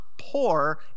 poor